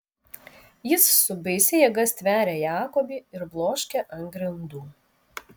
jis su baisia jėga stveria jakobį ir bloškia ant grindų